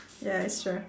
ya extra